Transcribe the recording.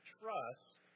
trust